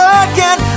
again